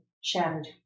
shattered